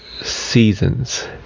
Seasons